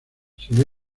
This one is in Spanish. sin